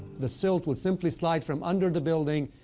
the silt would simply slide from under the building,